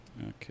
Okay